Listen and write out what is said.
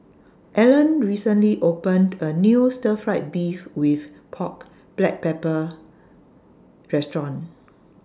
Allan recently opened A New Stir Fried Beef with Pork Black Pepper Restaurant